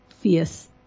fierce